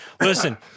Listen